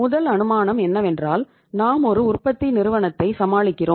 முதல் அனுமானம் என்னவென்றால் நாம் ஒரு உற்பத்தி நிறுவனத்தை சமாளிக்கிறோம்